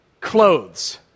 clothes